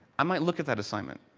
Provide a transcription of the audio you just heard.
i might look at that assignment.